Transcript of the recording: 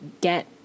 get